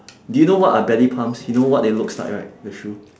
do you know what are ballet pumps you know what they looks like right the shoe